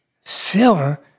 Silver